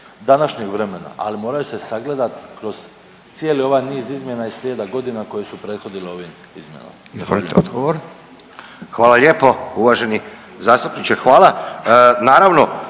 današnjeg vremena, ali se moraju sagledat kroz cijeli ovaj niz izmjena i slijeda godina koje su prethodile ovim izmjenama. **Radin, Furio (Nezavisni)** Izvolite odgovor.